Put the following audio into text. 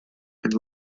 and